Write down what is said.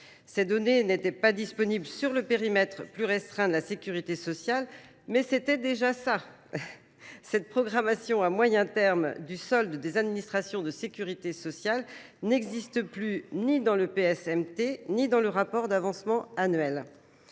Ces données n'étaient pas disponibles sur le périmètre plus restreint de la sécurité sociale, mais c'était déjà ça. Cette programmation à moyen terme du solde des administrations de sécurité sociale n'existe plus ni dans le PSMT, ni dans le rapport d'avancement annuel.